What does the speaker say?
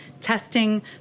testing